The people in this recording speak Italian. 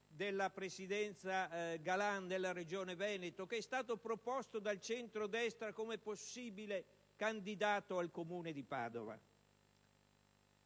della Presidenza Galan della Regione Veneto e che è stata proposta dal centrodestra come possibile candidato al Comune di Padova.